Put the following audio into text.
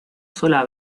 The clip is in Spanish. sola